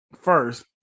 First